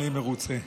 אני מרוצה.